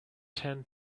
ten